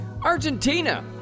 Argentina